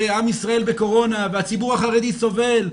שעם ישראל בקורונה והציבור החרדי סובל,